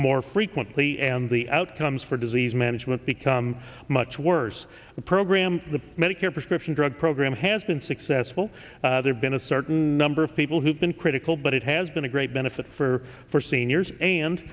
more frequently and the outcomes for disease management become much worse the program the medicare prescription drug program has been successful there's been a certain number of people who have been critical but it has been a great benefit for for seniors and